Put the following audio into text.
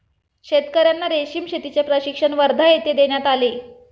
शेतकर्यांना रेशीम शेतीचे प्रशिक्षण वर्धा येथे देण्यात आले